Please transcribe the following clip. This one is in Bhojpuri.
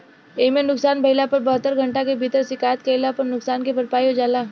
एइमे नुकसान भइला पर बहत्तर घंटा के भीतर शिकायत कईला पर नुकसान के भरपाई हो जाला